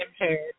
impaired